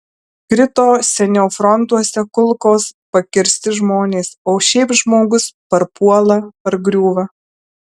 krito seniau frontuose kulkos pakirsti žmonės o šiaip žmogus parpuola pargriūva